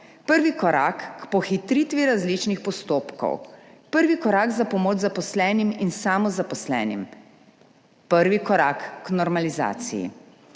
prvi korak k pohitritvi različnih postopkov, prvi korak za pomoč zaposlenim in samozaposlenim, prvi korak k normalizaciji.